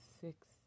six